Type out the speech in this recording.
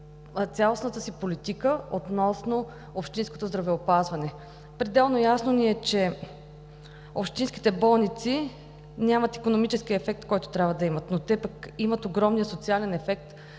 цялостната си политика относно общинското здравеопазване. Пределно ясно ни е, че общинските болници нямат икономическия ефект, който трябва да имат, но те пък имат огромния социален ефект,